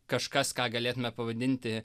kažkas ką galėtume pavadinti